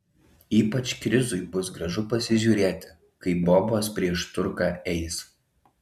ypač krizui bus gražu pasižiūrėti kaip bobos prieš turką eis